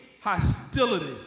hostility